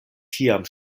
tiam